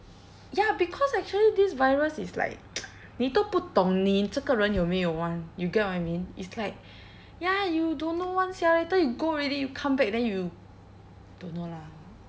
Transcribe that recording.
ya because actually this virus is like 你都不懂你这个人有没有 [one] you get what I mean it's like ya you don't know [one] sia later you go already you come back then you don't know lah